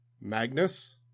magnus